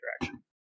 direction